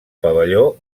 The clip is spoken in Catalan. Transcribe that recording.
pavelló